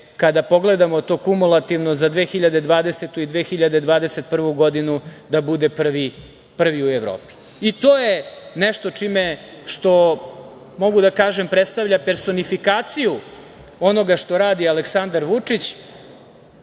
kada pogledamo to kumulativno za 2020. i 2021. godinu da bude prvi u Evropi. To je nešto što, mogu da kažem, predstavlja personifikaciju onoga što radi Aleksandar Vučić